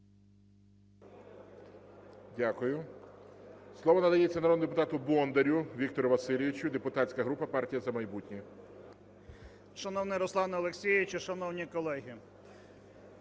Дякую. Слово надається народному депутату Бондарю Віктору Васильовичу, депутатська група "Партія "За майбутнє". 12:14:37 БОНДАР В.В. Шановний Руслане Олексійовичу, шановні колеги!